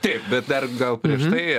taip bet dar gal prieš tai